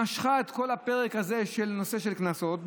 משכה את כל הפרק הזה של נושא הקנסות,